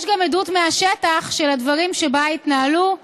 יש גם עדות מהשטח של הדרך שבה התנהלו הדברים.